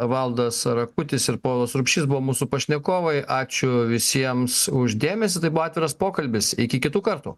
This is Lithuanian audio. valdas rakutis ir povilas rupšys buvo mūsų pašnekovai ačiū visiems už dėmesį tai buvo atviras pokalbis iki kitų kartų